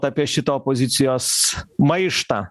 apie šitą opozicijos maištą